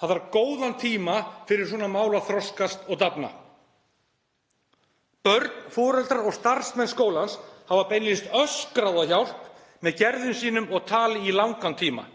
Það þarf góðan tíma fyrir svona mál að þroskast og dafna. Börn, foreldrar og starfsmenn skólans hafa beinlínis öskrað hjálp með gerðum sínum og tali í langan tíma.